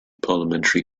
parliamentary